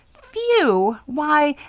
few! why,